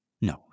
No